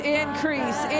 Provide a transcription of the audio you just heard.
increase